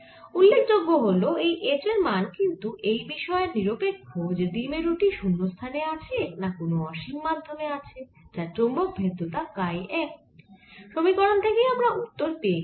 উল্লেখযোগ্য হল এই H এর মান কিন্তু এই বিষয়ের নিরপেক্ষ যে দ্বিমেরু টি শুন্যস্থানে আছে না কোন অসীম মাধ্যমে আছে যার চৌম্বক ভেদ্যতা কাই M সমীকরণ থেকেই আমরা উত্তর পেয়ে গেছি